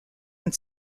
and